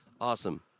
Awesome